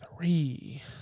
Three